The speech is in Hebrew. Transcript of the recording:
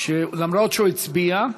שאף שהוא הצביע,